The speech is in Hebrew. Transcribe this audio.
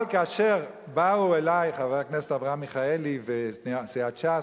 אבל כאשר באו אלי חבר הכנסת אברהם מיכאלי וסיעת ש"ס,